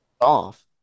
off